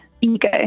ego